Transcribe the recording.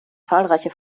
zahlreiche